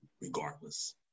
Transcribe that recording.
regardless